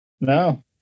No